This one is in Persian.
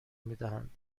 میدهند